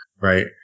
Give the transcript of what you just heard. right